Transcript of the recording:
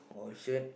or shirt